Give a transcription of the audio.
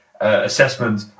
assessment